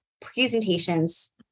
presentations